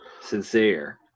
sincere